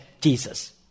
Jesus